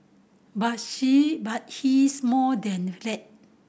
but she but he's more than that